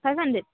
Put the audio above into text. five hundred